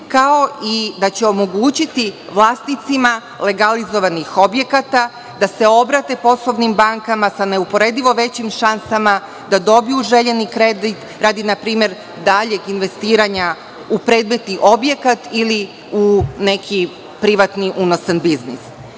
kao i da će omogućiti vlasnicima legalizovanih objekata da se obrate poslovnim bankama sa neuporedivo većim šansama, da dobiju željeni kredit radi, npr, daljeg investiranja u predmetni objekat ili u neki privati unosan biznis. Iako